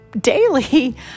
daily